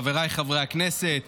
חבריי חברי הכנסת,